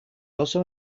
also